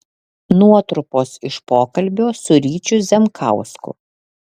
nuotrupos iš pokalbio su ryčiu zemkausku